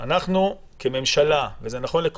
אנחנו מבינים שהמדינה עושה מאמץ לבצע איזונים